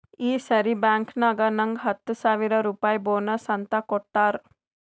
ಈ ಸರಿ ಬ್ಯಾಂಕ್ನಾಗ್ ನಂಗ್ ಹತ್ತ ಸಾವಿರ್ ರುಪಾಯಿ ಬೋನಸ್ ಅಂತ್ ಕೊಟ್ಟಾರ್